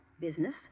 Business